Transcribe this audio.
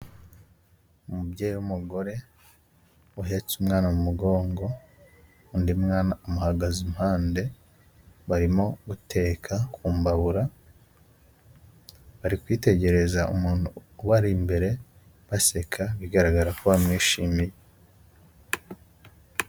Umubyeyi w'umugore uhetse umwana mu mugongo, undi mwana amuhagaze iruhande, barimo guteka ku mbabura, bari kwitegereza umuntu ubari imbere baseka, bigaragara ko bamwishimiye.